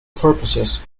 purposes